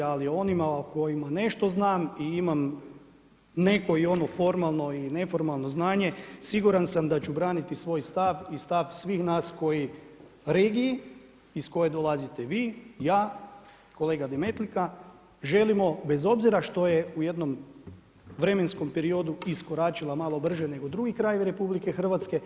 Ali o onima o kojima nešto znam i imam neko i ono formalno i neformalno znanje siguran sam da ću braniti svoj stav i stav svih nas koji … iz koje dolazite vi, ja, kolega Demetlika želimo bez obzira što je u jednom vremenskom periodu iskoračila malo brže nego drugi krajevi Republike Hrvatske.